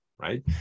right